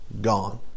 gone